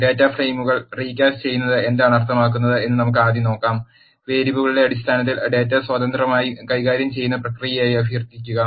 data ഫ്രെയിമുകൾ recast ചെയ്യുന്നത് എന്താണ് അർത്ഥമാക്കുന്നത് എന്ന് നമുക്ക് ആദ്യം നോക്കാം വേരിയബിളുകളുടെ അടിസ്ഥാനത്തിൽ ഡാറ്റ സ്വതന്ത്രമായി കൈകാര്യം ചെയ്യുന്ന പ്രക്രിയയായി അഭ്യർത്ഥിക്കുക